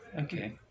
okay